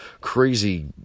crazy